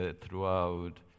throughout